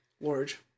Large